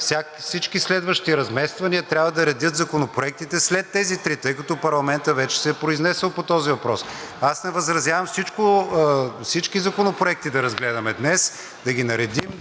Всички следващи размествания трябва да редят законопроектите след тези три, тъй като парламентът вече се е произнесъл по този въпрос. Аз не възразявам всички законопроекти да разгледаме днес, да ги наредим